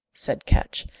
said ketch,